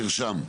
נרשם.